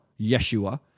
Yeshua